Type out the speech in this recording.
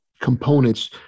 components